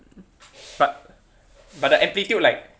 but but the amplitude like